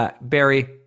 Barry